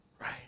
right